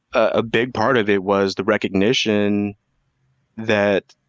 a big part of it was the recognition that,